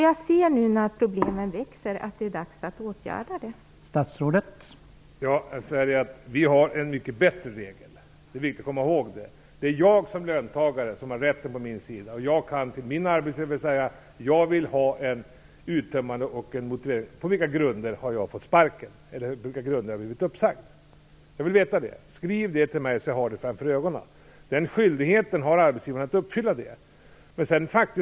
Jag ser nu när problemen växer att det är dags att åtgärda det här.